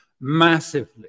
massively